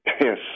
Yes